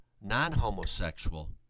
non-homosexual